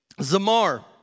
Zamar